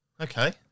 Okay